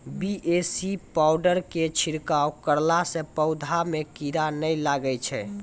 BAC powder के छिड़काव करला से पौधा मे कीड़ा नैय लागै छै?